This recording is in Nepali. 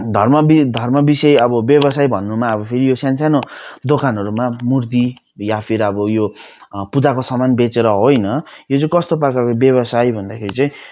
धर्म वि धर्म विषय अब व्यवसाय भन्नुमा अब फेरि यो सान्सानो दोकानहरूमा मूर्ति वा फिर अब यो पूजाको सामान बेचेर होइन यो चाहिँ कस्तो प्रकारको व्यवसाय भन्दाखेरि चाहिँ